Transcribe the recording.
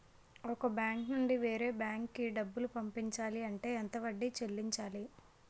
ఒక బ్యాంక్ నుంచి వేరే బ్యాంక్ కి డబ్బులు పంపించాలి అంటే ఎంత వడ్డీ చెల్లించాలి?